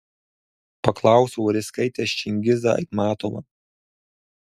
paklausiau ar jis skaitęs čingizą aitmatovą